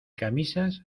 camisas